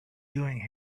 doing